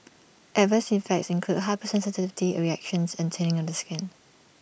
adverse effects include hypersensitivity reactions and thinning of the skin